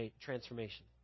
transformation